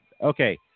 Okay